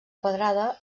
quadrada